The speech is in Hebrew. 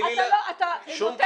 שום קרקס.